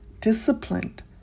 disciplined